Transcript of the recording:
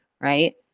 right